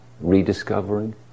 rediscovering